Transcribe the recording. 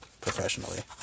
professionally